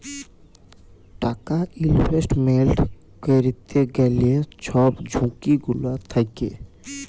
টাকা ইলভেস্টমেল্ট ক্যইরতে গ্যালে ছব ঝুঁকি গুলা থ্যাকে